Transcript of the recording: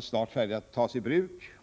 snart färdigt att tas i bruk.